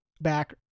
back